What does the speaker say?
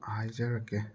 ꯍꯥꯏꯖꯔꯛꯀꯦ